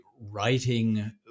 writing